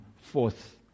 forth